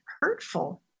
hurtful